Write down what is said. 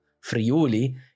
Friuli